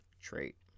trait